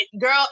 girl